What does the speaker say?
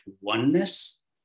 oneness